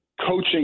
coaching